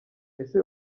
ese